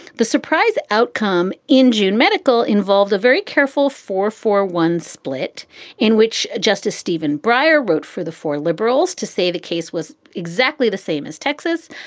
the surprise outcome in june, medical involved a very careful four for one split in which justice stephen breyer wrote for the four liberals to say the case was exactly the same as texas.